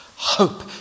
Hope